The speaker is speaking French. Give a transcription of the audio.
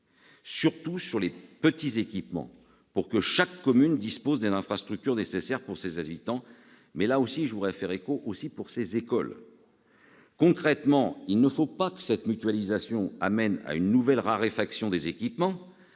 surtout s'agissant des petits équipements, pour que chaque commune dispose des infrastructures nécessaires pour ses habitants, mais aussi pour ses écoles. Concrètement, il ne faut pas que cette mutualisation conduise à une nouvelle raréfaction des équipements,